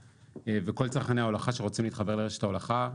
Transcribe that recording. וכל צרכני ההולכה שרוצים להתחבר לרשת ההולכה,